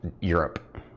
europe